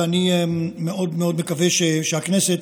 ואני מאוד מאוד מקווה שהכנסת